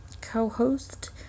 co-host